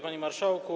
Panie Marszałku!